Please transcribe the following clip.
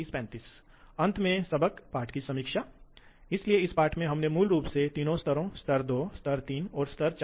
तो कुछ बिंदुओं के बीच आप विचार कर सकते हैं एक सीएनसी मशीन के मुख्य घटकों को नाम दें इसलिए उन्हें नाम देने का प्रयास करें